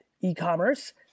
e-commerce